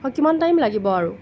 কিমান টাইম লাগিব আৰু